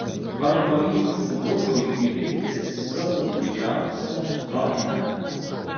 ar pavyks bružui įveikti savo didžiausią baimę